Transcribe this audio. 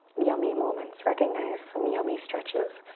yummy moments. recognize some yummy stretches.